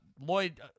Lloyd